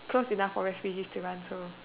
close enough for refugees to run so